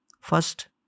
First